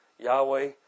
Yahweh